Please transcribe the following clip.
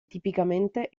tipicamente